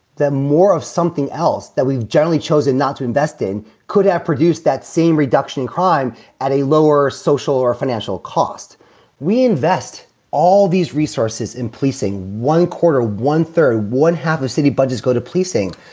that more of something else that we've generally chosen not to invest in could have produced that same reduction in crime at a lower social or financial cost we invest all these resources in policing one quarter, one third, one half of city budgets go to policing.